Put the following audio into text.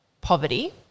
poverty